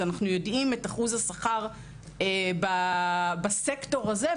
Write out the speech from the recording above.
אנחנו יודעים את אחוז השכר בסקטור הזה,